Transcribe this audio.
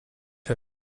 her